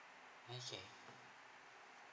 okay